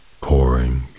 pouring